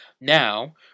Now